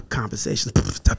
Conversations